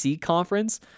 conference